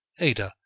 Ada